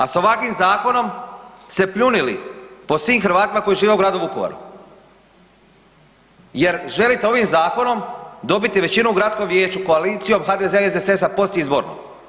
A s ovakvim zakonom ste pljunuli po svim Hrvatima koji žive u gradu Vukovaru jer želite ovim zakonom dobiti većinu u gradskom vijeću koalicijom HDZ-a i SDSS-a postizborno.